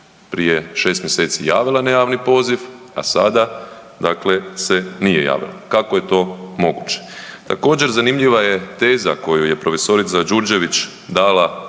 prije 6 mjeseci javila na javni poziv, a sada dakle se nije javila. Kako je to moguće? Također zanimljiva je teza koju je prof. Đurđević dala jednim